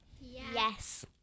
Yes